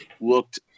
looked